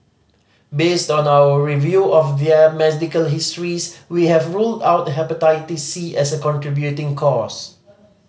based on our review of their medical histories we have ruled out Hepatitis C as a contributing cause